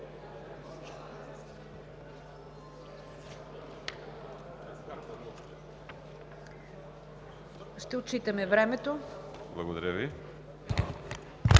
Благодаря Ви,